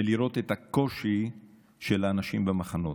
ולראות את הקושי של האנשים במחנות.